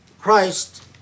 Christ